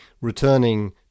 Returning